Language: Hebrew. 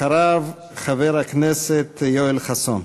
אחריו, חבר הכנסת יואל חסון.